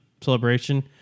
celebration